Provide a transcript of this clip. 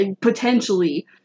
potentially